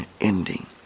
ending